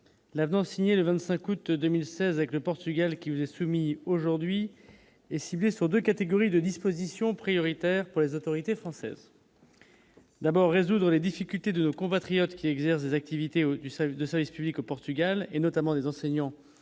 l'avenant signé le 25 août 2016 avec le Portugal, qui vous est soumis aujourd'hui et ciblée sur 2 catégories de dispositions prioritaires pour les autorités françaises. D'abord résoudre les difficultés de nos compatriotes qui exerce ses activités du sel de service public, au Portugal et notamment des enseignants de